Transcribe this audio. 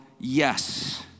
Yes